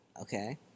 Okay